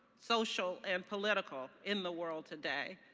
social, and political in the world today,